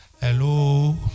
Hello